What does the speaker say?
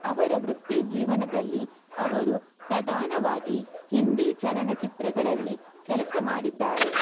ಅವರ ವೃತ್ತಿಜೀವನದಲ್ಲಿ ಅವರು ಪ್ರಧಾನವಾಗಿ ಹಿಂದಿ ಚಲನಚಿತ್ರಗಳಲ್ಲಿ ಕೆಲಸ ಮಾಡಿದ್ದಾರೆ